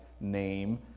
name